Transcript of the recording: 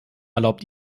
erlaubt